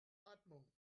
atmung